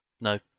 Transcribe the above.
no